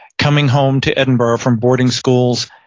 coming home to edinburgh from boarding schools,